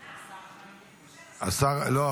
--- לא,